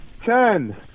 Ten